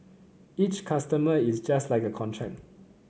each customer is just like a contract